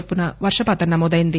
చొప్పున వర్షపాతం నమోదైంది